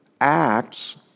acts